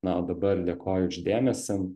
na o dabar dėkoju už dėmesį